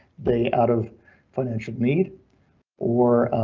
they out of financial need or.